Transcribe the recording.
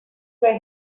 were